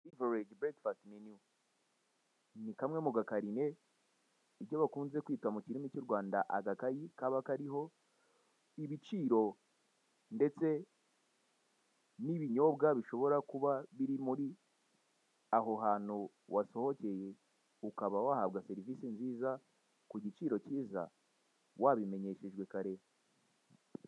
Umukozi wa MTN wambaye umupira w'umweru ndetse n'umuhondo uri mu birango bya MTN, aho ari umuzungu ndetse imbere yaho hahagaze undi muzungu uri gukora mu gaseke afite.